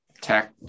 tech